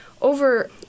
over